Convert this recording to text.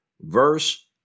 Verse